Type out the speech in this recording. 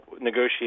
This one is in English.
negotiate